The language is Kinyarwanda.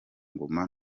ngoma